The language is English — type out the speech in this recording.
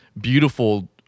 beautiful